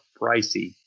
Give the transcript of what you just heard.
pricey